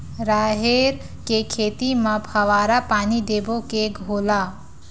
राहेर के खेती म फवारा पानी देबो के घोला?